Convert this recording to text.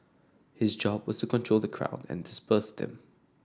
his job was to control the crowd and disperse them